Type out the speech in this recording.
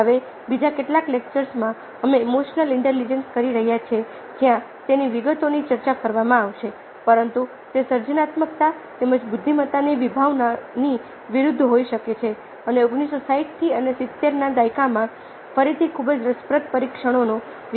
હવે બીજા કેટલાક લેક્ચર્સમાં અમે ઈમોશનલ ઈન્ટેલિજન્સ કરી રહ્યા છીએ જ્યાં તેની વિગતોની ચર્ચા કરવામાં આવશે પરંતુ તે સર્જનાત્મકતા તેમજ બુદ્ધિમત્તાની વિભાવનાની વિરુદ્ધ હોઈ શકે છે અને 1960 અને 70 ના દાયકામાં ફરીથી ખૂબ જ રસપ્રદ પરીક્ષણોનો વિકાસ થયો